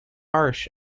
harsh